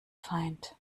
feind